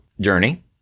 journey